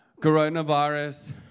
coronavirus